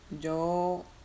yo